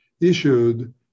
issued